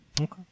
Okay